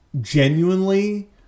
genuinely